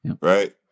right